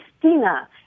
Christina